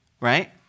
right